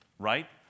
right